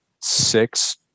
six